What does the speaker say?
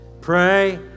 Pray